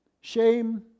shame